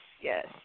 yes